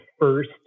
first